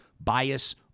bias